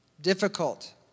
difficult